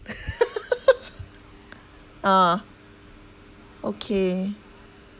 ah okay